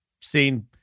seen